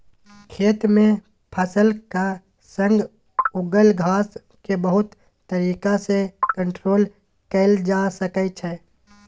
खेत मे फसलक संग उगल घास केँ बहुत तरीका सँ कंट्रोल कएल जा सकै छै